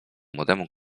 młodemu